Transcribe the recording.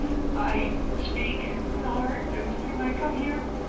i speak from the heart, every time i come here,